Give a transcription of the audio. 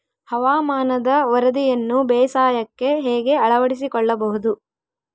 ಹವಾಮಾನದ ವರದಿಯನ್ನು ಬೇಸಾಯಕ್ಕೆ ಹೇಗೆ ಅಳವಡಿಸಿಕೊಳ್ಳಬಹುದು?